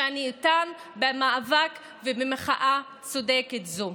שאני איתם במאבק ובמחאה צודקת זו.